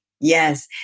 Yes